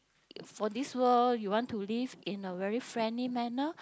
for this world you want to live in a very friendly manner